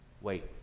wait